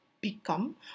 become